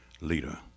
leader